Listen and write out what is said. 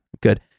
Good